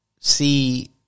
see